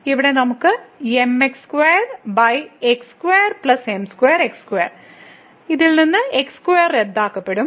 ഇവിടെ നമുക്ക് mx2x2m2x2 പിന്നീട് x2 റദ്ദാക്കപ്പെടും